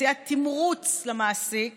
מציעה תמרוץ למעסיק